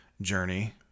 journey